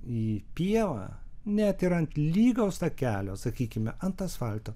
į pievą net ir ant lygaus takelio sakykime ant asfalto